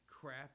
crap